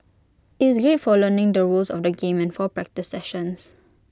IT is great for learning the rules of the game for practice sessions